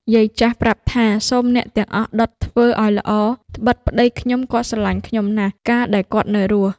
យាយចាស់ប្រាប់ថា "សូមអ្នកទាំងអស់ដុតធ្វើឲ្យល្អ ត្បិតប្តីខ្ញុំ គាត់ស្រឡាញ់ខ្ញុំណាស់ កាលដែលគាត់នៅរស់" ។